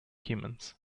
humans